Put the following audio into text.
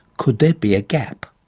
could there be a gap?